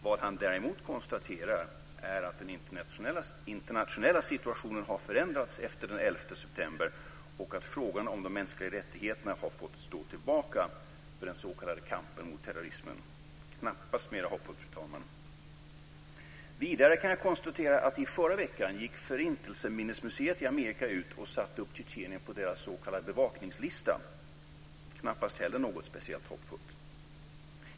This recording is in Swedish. Vad han däremot konstaterar är att den internationella situationen har förändrats efter den 11 september och att frågan om de mänskliga rättigheterna har fått stå tillbaka för kampen mot terrorismen. Det är knappast mera hoppfullt, fru talman. Vidare kan jag konstatera att förintelseminnesmuseet i Amerika i förra veckan satte upp Tjetjenien på sin bevakninglista. Det är knappast heller speciellt hoppfullt.